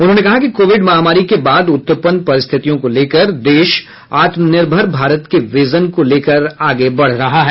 उन्होंने कहा कि कोविड महामारी के बाद उत्पन्न परिस्थितियों को लेकर देश आत्मनिर्भर भारत के विजन को लेकर आगे बढ़ रहा है